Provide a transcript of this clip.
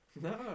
no